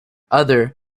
other